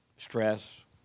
Stress